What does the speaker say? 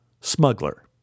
Smuggler